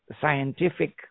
scientific